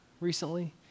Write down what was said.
recently